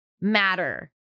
matter